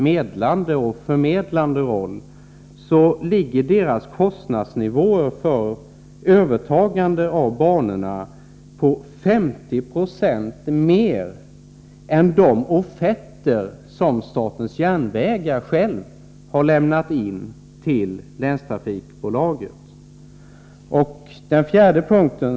För det tredje ligger transportrådets kostnadsnivå när det gäller övertagandet av banorna 50 90 högre än de offerter som statens järnvägar självt har lämnat in till länstrafikbolaget. Detta är enligt min mening mest uppseendeväckande med tanke på att transportrådet sägs ha en medlande och förmedlande roll.